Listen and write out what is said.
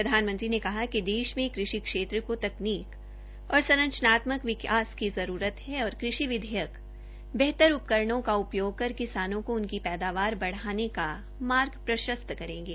प्रधानमंत्री ने कहा कि देश में कृषि क्षेत्र में तकनकी और संरचनात्मक विकास की जरूरत है और कृषि विधेयक बेहतर उपकरणों का प्रयोग कर किसानों उनकी पैदावार बढ़ाने का मार्ग प्रशस्त करेंगे